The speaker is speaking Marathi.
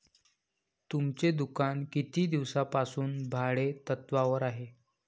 तुमचे दुकान किती दिवसांपासून भाडेतत्त्वावर आहे?